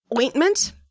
Ointment